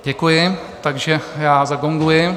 Děkuji, takže já zagonguji.